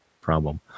problem